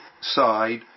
side